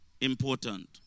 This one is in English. important